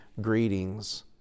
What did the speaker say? greetings